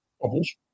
bubbles